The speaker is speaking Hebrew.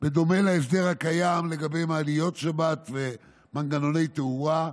בדומה להסדר הקיים לגבי מעליות שבת ומנגנוני תאורה,